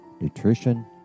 nutrition